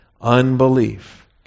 Unbelief